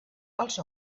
als